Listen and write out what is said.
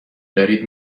دارید